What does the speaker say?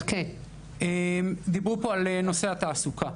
דברו על נושא התעסוקה,